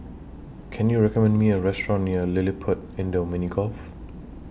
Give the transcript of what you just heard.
Can YOU recommend Me A Restaurant near LilliPutt Indoor Mini Golf